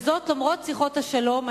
וזאת למרות שיחות השלום,